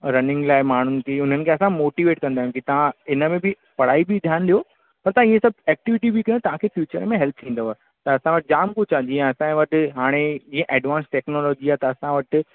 running लाइ माण्हू थी हुननि खे असां मोटीवेट कंदा आहियूं कि तव्हां हिनमें बि पढ़ाई बि ध्यानु ॾियो पर तव्हां ईअं त एक्टिविटी बि कयो तव्हां खे फ्यूचर में हेल्प थींदव त असां वटि जाम कुझु आहे जीअं त असांजे वटि हाणे हे असां वटि टेक्नोलोजी आहे त असां वटि